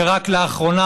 ורק לאחרונה,